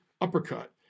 uppercut